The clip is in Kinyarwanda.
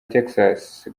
texas